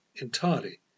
entirely